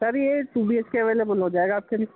سر یہ two B H K available ہو جائے گا آپ کے لیے